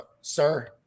sir